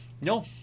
No